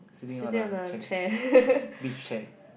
sitting on a chair beach chair